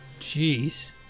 Jeez